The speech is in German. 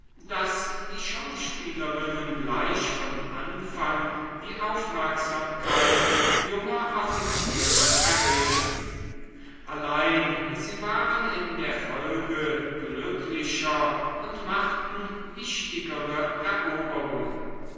daß die schauspielerinnen gleich von anfang die aufmerksamkeit junger offiziere erregten allein sie waren in der folge glücklicher und machten wichtigere eroberungen